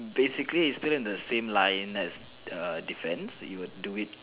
basically is still in the same line as err defence you would do it